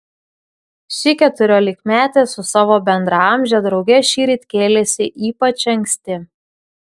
ši keturiolikmetė su savo bendraamže drauge šįryt kėlėsi ypač anksti